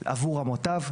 עבור המוטב,